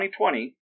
2020